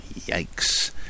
Yikes